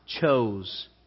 chose